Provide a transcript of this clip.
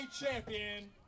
Champion